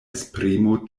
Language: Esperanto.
esprimo